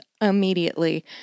immediately